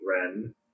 Ren